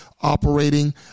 operating